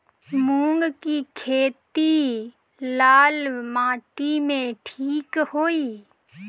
मूंग के खेती लाल माटी मे ठिक होई?